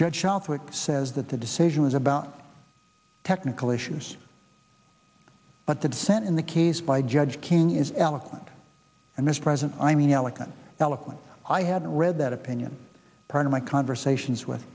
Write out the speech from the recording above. judge shot which says that the decision was about technical issues but the dissent in the case by judge king is eloquent and mispresent i mean eloquent eloquent i haven't read that opinion part of my conversations with